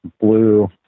blue